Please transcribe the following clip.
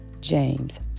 James